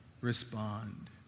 Respond